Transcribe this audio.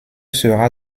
sera